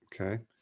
Okay